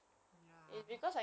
ya